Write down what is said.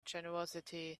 generosity